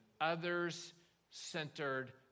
others-centered